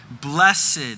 blessed